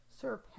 Sir